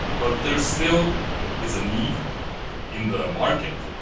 but there still is a need in the market.